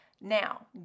Now